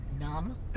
Numb